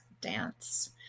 dance